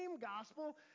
gospel